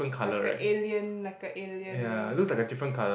like a alien like a alien